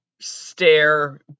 stare